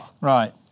Right